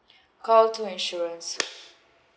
call two insurance